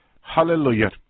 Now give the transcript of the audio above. Hallelujah